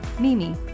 Mimi